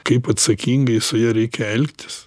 kaip atsakingai su ja reikia elgtis